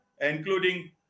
including